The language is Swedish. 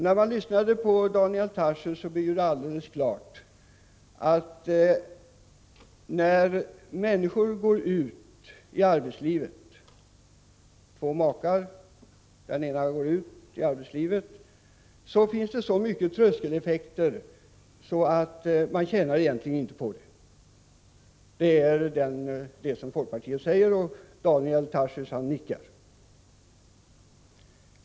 När man lyssnade på Daniel Tarschys blev det alldeles klart att när den ena av två makar går ut i arbetslivet finns det så mycket tröskeleffekter att man egentligen inte tjänar på det. Det är vad folkpartiet säger — Daniel Tarschys nickar.